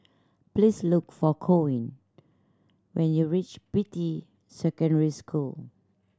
please look for Corwin when you reach Beatty Secondary School